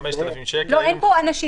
קנס של 5,000 שקל --- זה לא אנשים.